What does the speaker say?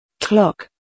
Clock